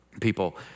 people